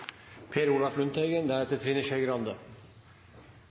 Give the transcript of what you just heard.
Per Olaf Lundteigen